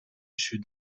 sud